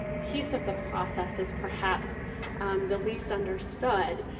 piece of the process is perhaps the least understood.